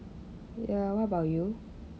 ya what about you